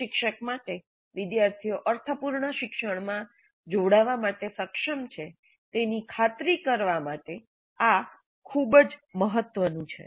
પ્રશિક્ષક માટે વિદ્યાર્થીઓ અર્થપૂર્ણ શિક્ષણમાં જોડાવ માટે સક્ષમ છે તેની ખાતરી કરવા માટે આ ખૂબ મહત્વનું છે